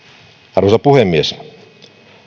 arvoisa puhemies